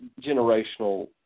generational